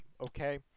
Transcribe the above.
okay